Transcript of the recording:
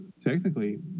technically